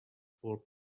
for